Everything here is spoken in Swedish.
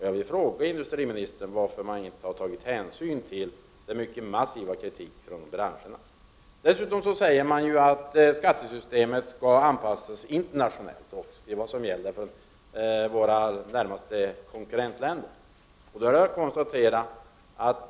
Jag vill fråga industriministern varför man inte har tagit hänsyn till den mycket massiva kritik som har kommit från branschen. Dessutom säger man att skattesystemet skall anpassas internationellt till vad som bl.a. gäller för våra närmaste konkurrentländer.